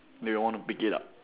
they would wanna pick it up